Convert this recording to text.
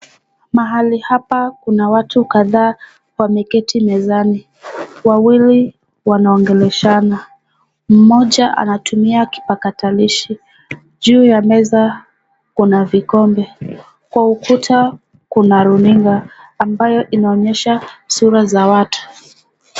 Mahali hapa kuna watu kadhaa wameketi mezani, wawili wanaongeleshana mmoja anatumia kipakatalishi. Juu ya meza kuna vikombe, kwa ukuta kuna runinga ambayo inaonyesha sura za watu.